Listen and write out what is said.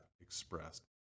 expressed